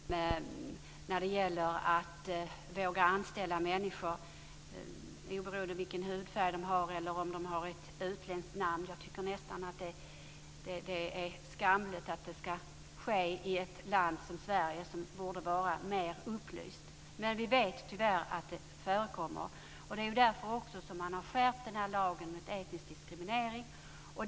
Herr talman! Jag delar helt det Helena Bargholtz sade när det gäller att våga anställa människor oberoende av vilken hudfärg de har eller om de har ett utländskt namn. Jag tycker nästan att det är skamligt att det inte sker i ett land som Sverige, som borde vara mer upplyst. Men vi vet tyvärr att diskriminering förekommer. Det är också därför som man har skärpt lagen mot etisk diskriminering.